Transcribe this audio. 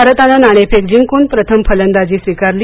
भारतानं नाणेफेक जिंकून प्रथम फलंदाजी स्वीकारली